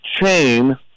chain